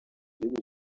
gihugu